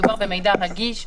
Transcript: מדובר במידע רגיש,